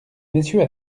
messieurs